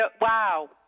Wow